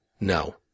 No